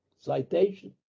citation